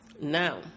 Now